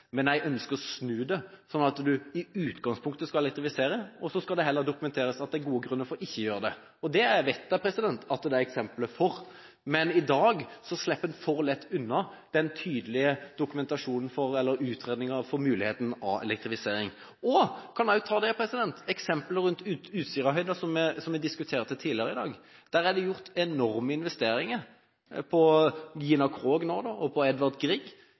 men jeg ønsker å snu det, slik at en i utgangspunktet skal elektrifisere, og så skal det heller dokumenteres at det er gode grunner for ikke å gjøre det. Det vet jeg at det er eksempler på. Men i dag slipper en for lett unna den tydelige dokumentasjonen for – eller utredningen av – muligheten for elektrifisering. Jeg kan også ta eksemplet om Utsirahøyden, som vi diskuterte tidligere i dag. Det er gjort enorme investeringer på Gina Krog og på